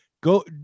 go